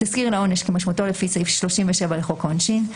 ״תסקיר לעונש״ כמשמעותו לפי סעיף 37 לחוק העונשין,